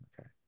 Okay